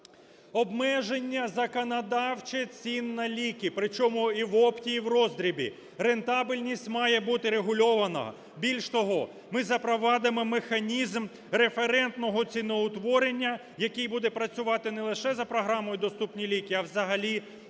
Обмеження законодавчо цін на ліки, причому і в опті, і в роздрібі. Рентабельність має бути регульована. Більш того, ми запровадимо механізм референтного ціноутворення, який буде працювати не лише за програмою доступні ліки, а й взагалі